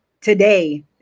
today